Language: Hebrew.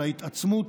של ההתעצמות,